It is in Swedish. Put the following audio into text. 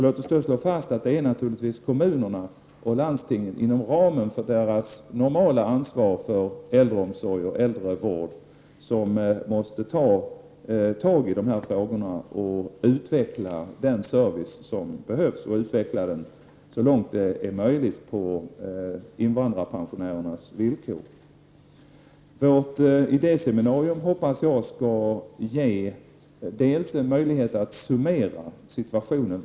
Låt oss slå fast att det naturligtvis är kommunerna och landstingen som, inom ramen för sitt normala ansvar för äldreomsorg och äldrevård, måste ta tag i dessa frågor. De måste utveckla den service som behövs, så långt möjligt på invandrarpensionärernas villkor. Vårt idéseminarium hoppas jag skall ge oss en möjlighet att summera situationen.